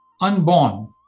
unborn